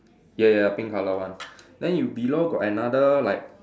ya ya pink colour one then you below got another like